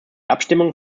abstimmung